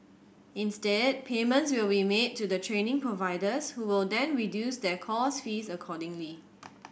instead payments will be made to the training providers who will then reduce their course fees accordingly